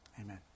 Amen